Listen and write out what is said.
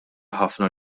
ħafna